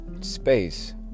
space